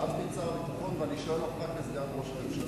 שאלתי את שר הביטחון ואני שואל אותך כסגן ראש הממשלה,